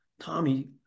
Tommy